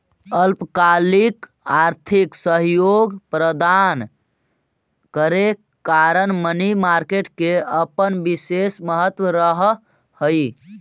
अल्पकालिक आर्थिक सहयोग प्रदान करे कारण मनी मार्केट के अपन विशेष महत्व रहऽ हइ